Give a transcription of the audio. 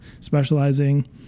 specializing